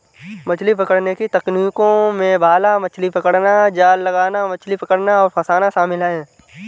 मछली पकड़ने की तकनीकों में भाला मछली पकड़ना, जाल लगाना, मछली पकड़ना और फँसाना शामिल है